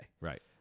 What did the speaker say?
Right